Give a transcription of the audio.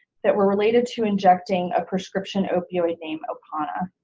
that were related to injecting a prescription opioid named opana.